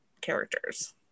characters